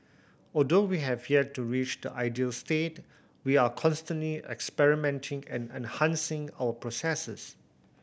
although we have yet to reach the ideal state we are constantly experimenting and enhancing our processes